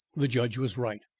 the judge was right.